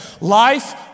Life